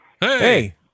Hey